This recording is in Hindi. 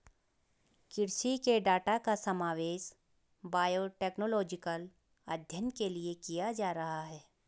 कृषि के डाटा का समावेश बायोटेक्नोलॉजिकल अध्ययन के लिए किया जा रहा है